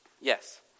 Yes